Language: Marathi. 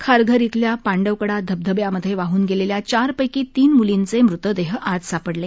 खारघर इथल्या पांडवकडा धबधब्यामधे वाहन गेलेल्या चार पैकी तीन मूलींचे मृतदेह आज सापडले